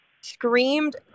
screamed